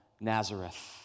Nazareth